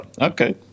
okay